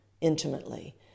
intimately